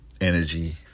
energy